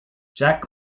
jack